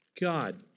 God